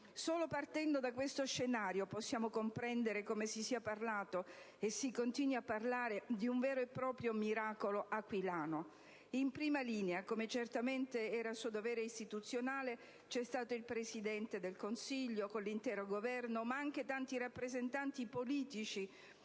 Solo partendo da questo scenario possiamo comprendere come si sia parlato e si continui a parlare di un vero e proprio miracolo aquilano. In prima linea, come certamente era suo dovere istituzionale, c'è stato il Presidente del Consiglio con l'intero Governo, ma anche tanti rappresentanti politici